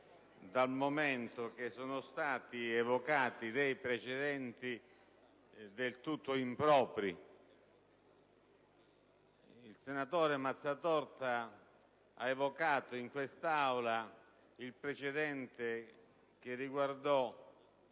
dal momento che sono stati evocati dei precedenti in modo del tutto improprio. Il senatore Mazzatorta evocava in quest'Aula il precedente che riguardava